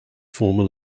former